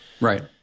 Right